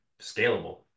scalable